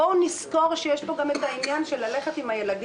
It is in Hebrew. בואו נזכור שיש פה גם את העניין של ללכת עם הילדים